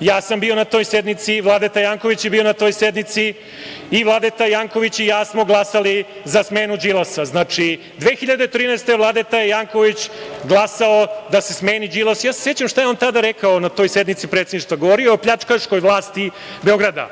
Ja sam bio na toj sednici, Vladeta Janković je bio na toj sednici, i Vladeta Janković i ja smo glasali za smenu Đilasa. Znači, 2013. godine, Vladeta Janković je glasao da se smeni Đilas. Sećam se šta je on tada rekao na toj sednici predsedništva. Govorio je o pljačkaškoj vlasti Beograda.